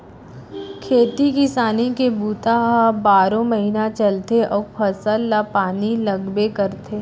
खेती किसानी के बूता ह बारो महिना चलथे अउ फसल ल पानी लागबे करथे